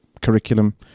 curriculum